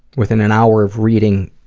within an hour of reading,